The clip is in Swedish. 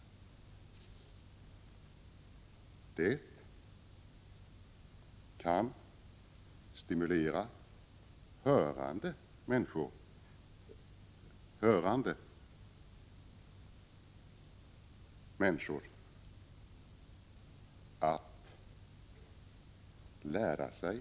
Det kan stimulera hörande människor att lära sig teckenspråk.